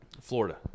Florida